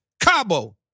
Cabo